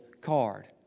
card